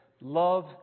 Love